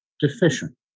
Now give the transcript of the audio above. deficient